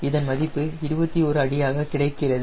இதன் மதிப்பு 21 அடியாக கிடைக்கிறது